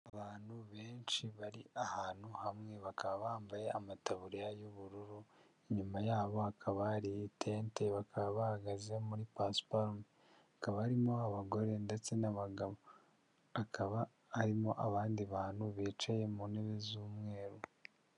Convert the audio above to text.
Abantu benshi bari ahantu hamwe, bakaba bambaye amataburiya y'ubururu, inyuma yabo hakaba hari itente, bakaba bahagaze muri pasiparume, hakaba harimo abagore ndetse n'abagabo, hakaba harimo abandi bantu bicaye mu ntebe z'umweru.